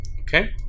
Okay